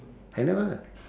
I never